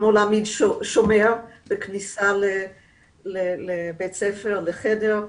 כמו להעמיד שומר בכניסה לבית הספר או לחדר,